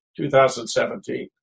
2017